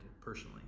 personally